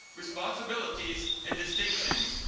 responsibilities and distinctions.